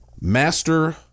master